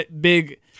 big